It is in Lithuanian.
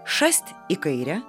šast į kairę